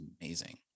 amazing